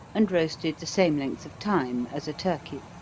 and roasted the same length of time as a turkey.